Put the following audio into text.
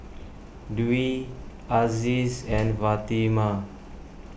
Dwi Aziz and Fatimah